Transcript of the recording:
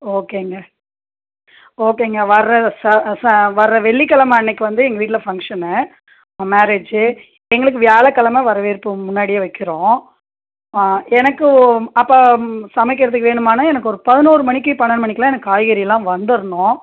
ஓகேங்க ஓகேங்க வர்ற ச ச வர்ற வெள்ளிக்கிழம அன்றைக்கு வந்து எங்கள் வீட்டில் ஃபங்க்ஷனு மேரேஜு எங்களுக்கு வியாழக்கிழம வரவேற்பு முன்னாடியே வைக்கிறோம் எனக்கும் அப்போ சமைக்கிறதுக்கு வேணுமான எனக்கு ஒரு பதினோரு மணிக்கு பன்னெண்டு மணிக்கிலாம் எனக்கு காய்கறில்லாம் வந்துடணும்